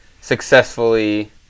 successfully